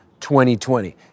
2020